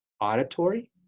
auditory